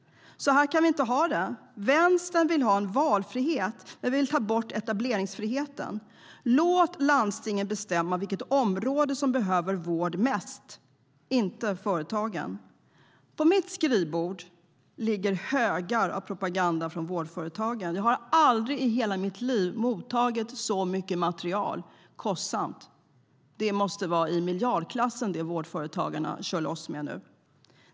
Så kan vi inte ha det. Vänstern vill ha valfrihet, men vi vill ta bort etableringsfriheten. Låt landstingen bestämma vilket område som behöver vård mest, inte företagen! På mitt skrivbord ligger högar av propaganda från vårdföretagen. Jag har aldrig i hela mitt liv mottagit så mycket kostsamt material. Vårdföretagarnas marknadsföring måste vara i miljardklassen.